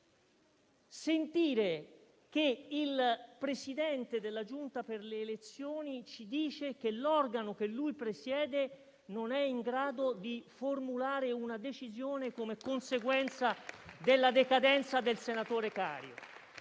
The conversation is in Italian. assumere, il Presidente della Giunta per le elezioni dirci che l'organo che lui presiede non è in grado di formulare una decisione come conseguenza della decadenza del senatore Cario.